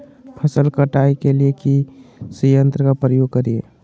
फसल कटाई के लिए किस यंत्र का प्रयोग करिये?